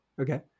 Okay